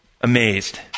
amazed